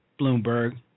Bloomberg